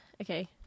Okay